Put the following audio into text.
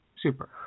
Super